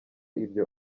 ibyo